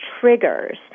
triggers